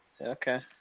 Okay